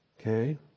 Okay